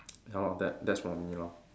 ya lor that that's for me lor